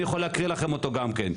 אני יכול להקריא לכם אותו גם כן.